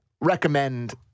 recommend